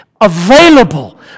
available